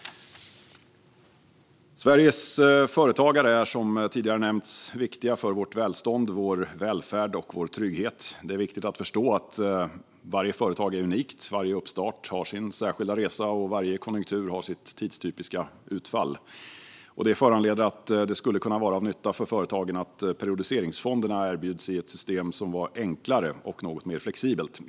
Sveriges företagare är som tidigare nämnts viktiga för vårt välstånd, vår välfärd och vår trygghet. Det är viktigt att förstå att varje företag är unikt, att varje uppstart har sin särskilda resa och att varje konjunktur har sitt tidstypiska utfall. Det föranleder att det skulle kunna vara av nytta för företagen att periodiseringsfonderna erbjöds i ett system som var enklare och något mer flexibelt.